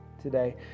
today